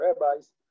rabbis